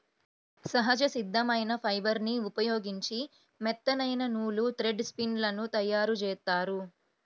సహజ సిద్ధమైన ఫైబర్ని ఉపయోగించి మెత్తనైన నూలు, థ్రెడ్ స్పిన్ లను తయ్యారుజేత్తారు